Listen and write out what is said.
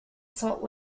salt